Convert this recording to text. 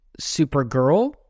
Supergirl